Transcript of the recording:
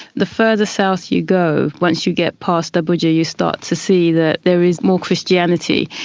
the further south you go, once you get past babuji you start to see that there is more christianity,